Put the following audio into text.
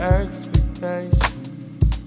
expectations